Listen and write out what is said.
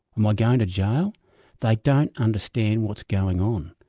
am i going to jail? they don't understand what's going on,